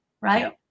right